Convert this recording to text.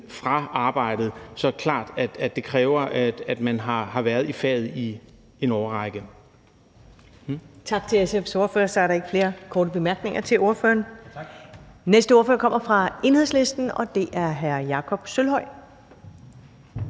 fra arbejdet. Så det er klart, at det kræver, at man har været i faget i en årrække.